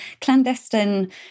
clandestine